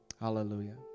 Hallelujah